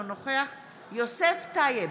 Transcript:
אינו נוכח יוסף טייב,